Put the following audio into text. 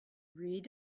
read